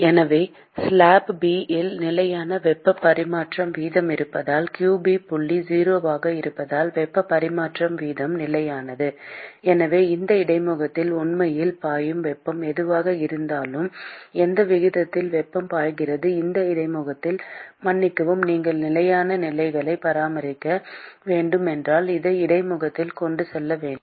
எனவே slab B இல் நிலையான வெப்பப் பரிமாற்ற வீதம் இருப்பதால் qB புள்ளி 0 ஆக இருப்பதால் வெப்பப் பரிமாற்ற வீதம் நிலையானது எனவே இந்த இடைமுகத்தில் உண்மையில் பாயும் வெப்பம் எதுவாக இருந்தாலும் எந்த விகிதத்தில் வெப்பம் பாய்கிறது இந்த இடைமுகத்தில் மன்னிக்கவும் நீங்கள் நிலையான நிலைகளை பராமரிக்க வேண்டும் என்றால் இந்த இடைமுகத்தில் கொண்டு செல்லப்பட வேண்டும்